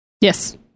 Yes